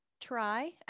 try